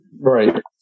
right